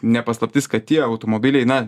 ne paslaptis kad tie automobiliai na